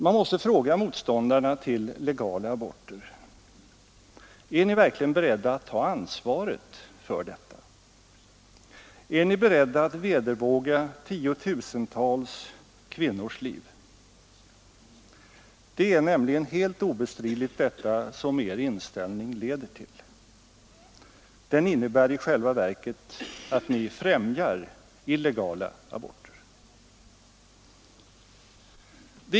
Man måste fråga motståndarna till legala aborter: Är ni verkligen beredda att ta ansvaret för detta? Är ni beredda att vedervåga tiotusentals kvinnors liv? Det är nämligen helt ostridigt detta som er inställning leder till. Den innebär i själva verket att ni främjar illegala aborter.